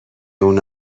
اونو